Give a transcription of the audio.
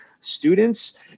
students